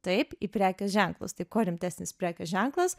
taip į prekės ženklus tai kuo rimtesnis prekės ženklas